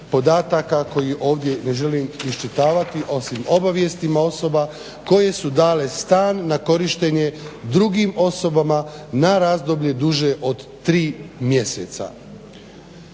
koje ovdje ne želim iščitavati osim obavijestima osoba koje su dale stan na korištenje drugim osobama na razdoblje duže od tri mjeseca.